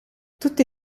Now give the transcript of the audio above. tutti